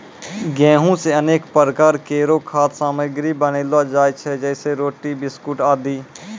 गेंहू सें अनेक प्रकार केरो खाद्य सामग्री बनैलो जाय छै जैसें रोटी, बिस्कुट आदि